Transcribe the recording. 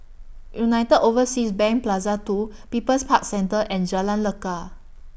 United Overseas Bank Plaza two People's Park Centre and Jalan Lekar